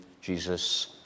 Jesus